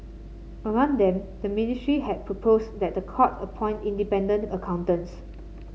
among them the ministry had proposed that the court appoint independent accountants